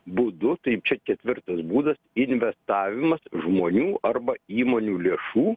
būdu taip čia ketvirtas būdas investavimas žmonių arba įmonių lėšų